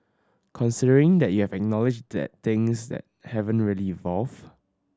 considering that you have acknowledged that things that haven't really evolved